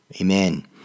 Amen